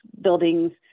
buildings